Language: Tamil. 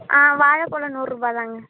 ஆ வாழைப்பழம் நூறுரூபாதாங்க